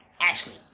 ashley